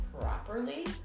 properly